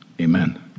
Amen